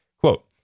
Quote